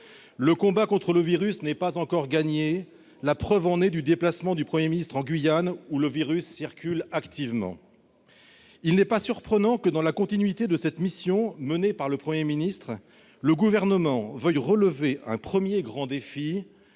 Le combat contre la maladie n'est pas encore gagné, ce qui va conduire d'ailleurs le Premier ministre à se rendre en Guyane, où le virus circule activement. Il n'est pas surprenant que, dans la continuité de la mission menée par le Premier ministre, le Gouvernement veuille relever un premier grand défi